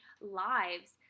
lives